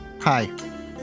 Hi